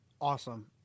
Awesome